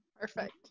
Perfect